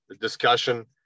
discussion